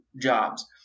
jobs